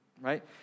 Right